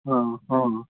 ହଁ ହଁ ହଁ